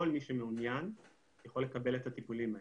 כל מי שמעוניין יכול לקבל את הטיפולים האלה.